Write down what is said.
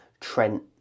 Trent